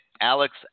Alex